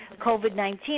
COVID-19